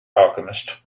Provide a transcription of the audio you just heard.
alchemist